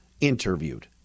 interviewed